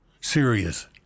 serious